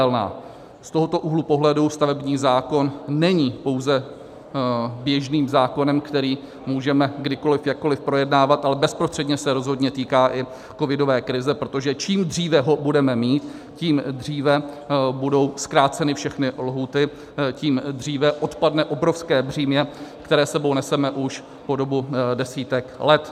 Z tohoto úhlu pohledu stavební zákon není pouze běžným zákonem, který můžeme kdykoliv jakkoliv projednávat, ale bezprostředně se rozhodně týká i covidové krize, protože čím dříve ho budeme mít, tím dříve budou zkráceny všechny lhůty, tím dříve odpadne obrovské břímě, které s sebou neseme už po dobu desítek let.